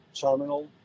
Terminal